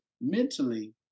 mentally